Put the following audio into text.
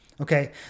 Okay